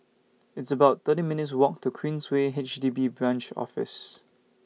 It's about thirty minutes' Walk to Queensway H D B Branch Office